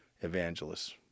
evangelists